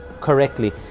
correctly